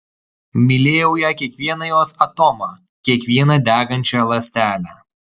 mylėjau ją kiekvieną jos atomą kiekvieną degančią ląstelę